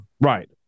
right